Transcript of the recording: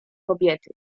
kobiety